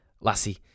lassie